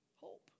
hope